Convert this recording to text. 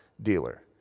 dealer